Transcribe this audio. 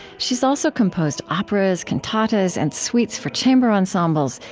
she's also composed operas, cantatas, and suites for chamber ensembles,